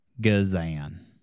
Gazan